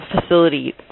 facility